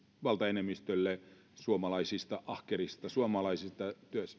valtaenemmistölle suomalaisista ahkerista suomalaisista